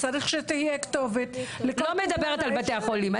צריך שתהיה כתובת לכל --- לא מדברת על בתי החולים.